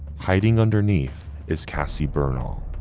hiding underneath is cassie bernal.